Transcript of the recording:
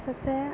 सासे